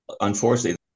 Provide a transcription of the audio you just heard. unfortunately